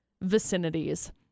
vicinities